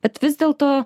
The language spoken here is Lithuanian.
bet vis dėlto